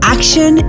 Action